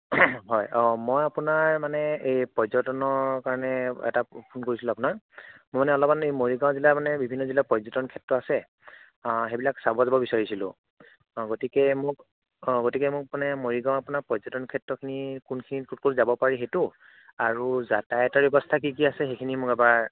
অ' হয় মই আপোনাৰ মানে এই পৰ্যতনৰ কাৰণে এটা ফোন কৰিছিলোঁ আপোনাৰ মোৰ মানে অলপমান মৰিগাঁও জিলাৰ মানে বিভিন্ন জিলাৰ পৰ্যতন ক্ষেত্ৰ আছে সেইবিলাক চাব যাব বিচাৰিছিলোঁ অ' গতিকে মোক অ' গতিকে মোক মানে মৰিগাঁও আপোনাৰ পৰ্যতন ক্ষেত্ৰখিনি কোনখিনি ক'ত ক'ত যাব পাৰি সেইটো আৰু যাতায়তৰ ব্যৱস্থা কি কি আছে সেইখিনি মোক এবাৰ